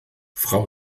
frau